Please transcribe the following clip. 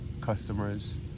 customers